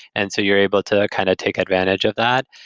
and so you're able to kind of take advantage of that.